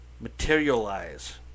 materialize